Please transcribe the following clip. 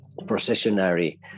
processionary